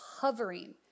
hovering